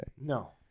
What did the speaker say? No